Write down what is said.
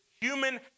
human